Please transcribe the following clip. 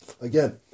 Again